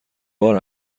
بار